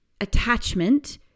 attachment